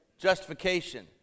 justification